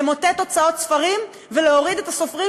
למוטט הוצאות ספרים ולהוריד את הסופרים